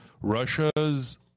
russia's